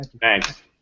Thanks